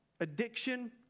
addiction